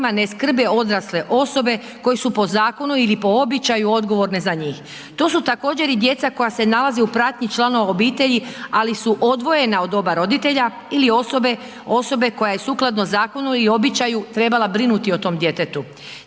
ne skrbe odrasle osobe koje su po zakonu ili po običaju odgovorne za njih. To su također i djeca koja se nalaze u pratnji članova obitelji, ali su odvojena od oba roditelja ili osobe, osobe koja je sukladno zakonu i običaju trebala brinuti o tom djetetu.